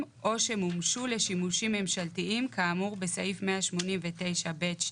"או שמומשו לשימושים ממשלתיים כאמור בסעיף 189(ב)(2)."